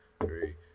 three